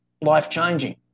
life-changing